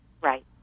Right